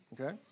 okay